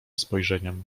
spojrzeniem